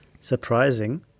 surprising